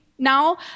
Now